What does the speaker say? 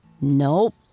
Nope